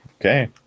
okay